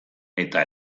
eta